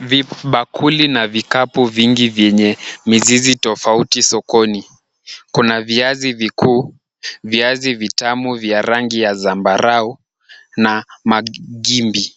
Vibakuli na vikapu vingi vyenye mizizi tofauti sokoni. Kuna viazi vikuu, viazi vitamu vya rangi ya zambarau na majimbi.